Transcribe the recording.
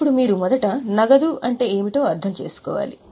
ఇప్పుడు మీరు మొదట నగదు అంటే ఏమి అర్థం చేసుకోవాలి